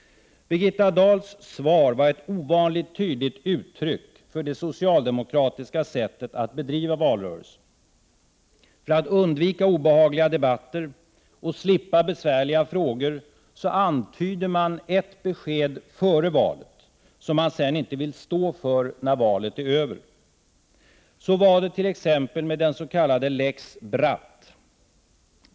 Birgitta Dahls svar var ett ovanligt tydligt uttryck för det socialdemokratiska sättet att bedriva valrörelse. För att undvika obehagliga debatter och slippa bevärliga frågor antyder man ett besked före valet som man sedan inte vill stå för när valet är över. Så var det t.ex. med den s.k. lex Bratt.